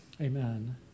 amen